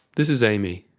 this is amy,